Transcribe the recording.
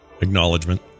acknowledgement